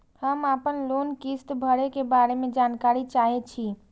हम आपन लोन किस्त भरै के बारे में जानकारी चाहै छी?